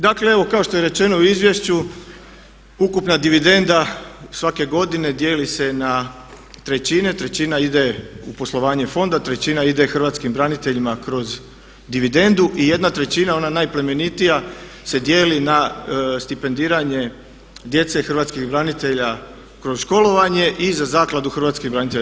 Dakle, evo kao što je rečeno u izvješću ukupna dividenda svake godine dijeli se na trećine, trećina ide u poslovanje fonda, trećina ide Hrvatskim braniteljima kroz dividendu i jedna trećina ona najplemenitija se dijeli na stipendiranje djece Hrvatskih branitelja kroz školovanje i za Zakladu Hrvatski branitelja.